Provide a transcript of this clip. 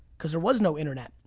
cause there was no internet,